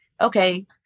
okay